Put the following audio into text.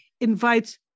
invites